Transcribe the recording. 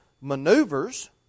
maneuvers